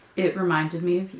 it reminded me